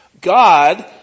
God